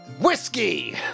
Whiskey